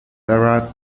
are